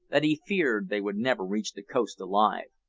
that he feared they would never reach the coast alive.